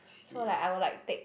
so like I would like take